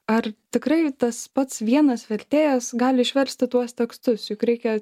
ar tikrai tas pats vienas vertėjas gali išversti tuos tekstus juk reikia